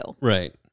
Right